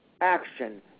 action